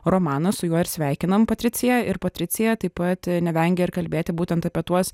romaną su juo ir sveikinam patricija ir patricija taip pat nevengia ir kalbėti būtent apie tuos